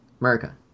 America